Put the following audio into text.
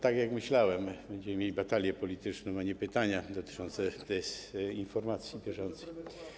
Tak jak myślałem, będziemy mieli batalię polityczną, a nie pytania dotyczące tez informacji bieżącej.